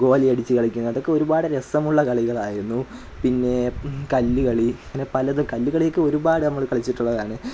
ഗോലി അടിച്ച് കളിക്കും അതൊക്കെ ഒരുപാട് രസമുള്ള കളികളായിരുന്നു പിന്നെ കല്ലുകളീ അങ്ങനെ പലതും കല്ലുകളിയൊക്കെ ഒരുപാട് നമ്മൾ കളിച്ചിട്ടുള്ളതാണ്